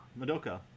Madoka